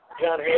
John